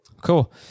Cool